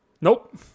Nope